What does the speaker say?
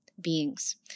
beings